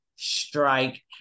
strike